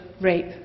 rape